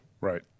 Right